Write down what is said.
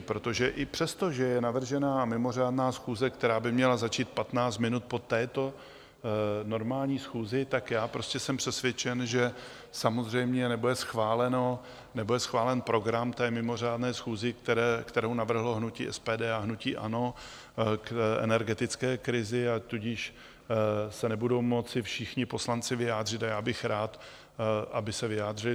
Protože i přestože je navržena mimořádná schůze, která by měla začít patnáct minut po této normální schůzi, tak jsem prostě přesvědčen, že samozřejmě nebude schválen program té mimořádné schůze, kterou navrhlo hnutí SPD a hnutí ANO k energetické krizi, tudíž se nebudou moci všichni poslanci vyjádřit a já bych rád, aby se vyjádřili.